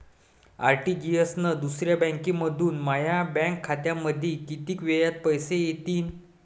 RTGS न दुसऱ्या बँकेमंधून माया बँक खात्यामंधी कितीक वेळातं पैसे येतीनं?